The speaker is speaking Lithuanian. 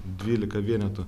dvylika vienetų